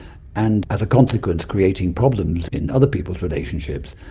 and as a consequence creating problems in other people's relationships,